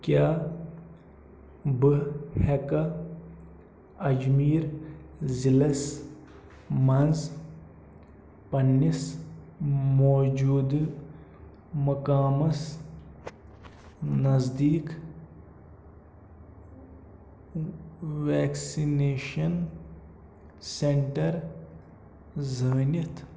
کیٛاہ بہٕ ہیٚکٕکھا اجمیٖر ضِلعس مَنٛز پنٕنِس موجوٗدٕ مقامس نٔزدیٖک ویکسِنیٚشن سینٹر زٲنِتھ